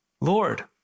Lord